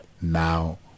now